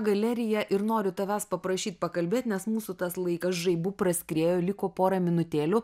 galerija ir noriu tavęs paprašyt pakalbėt nes mūsų tas laikas žaibu praskriejo liko porą minutėlių